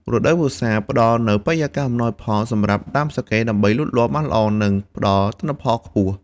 រដូវវស្សាផ្ដល់នូវបរិយាកាសអំណោយផលសម្រាប់ដើមសាកេដើម្បីលូតលាស់បានល្អ និងផ្ដល់ទិន្នផលខ្ពស់។